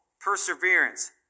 perseverance